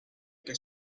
que